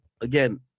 again